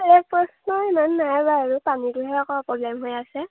বেলেগ প্ৰশ্ন ইমান নাই বাৰু পানীটোহে আকৌ প্ৰব্লেম হৈ আছে